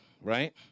right